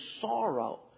sorrow